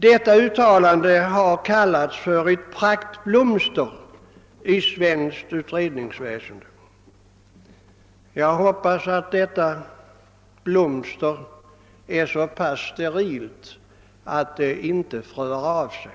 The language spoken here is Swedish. Detta uttalande har kallats för ett praktblomster i svenskt utredningsväsende, och jag hoppas att detta blomster är så pass sterilt att det inte fröar av sig.